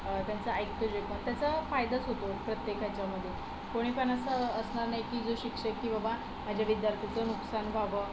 त्यांचं ऐकतो जे पण त्याचा फायदाच होतो प्रत्येकाच्यामध्ये कोणी पण असं असणार नाही की जे शिक्षक की बाबा माझ्या विद्यार्थीचं नुकसान व्हावं